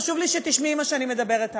חשוב לי שתשמעי את מה שאני מדברת עליו.